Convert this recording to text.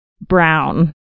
brown